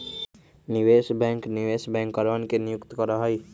निवेश बैंक निवेश बैंकरवन के नियुक्त करा हई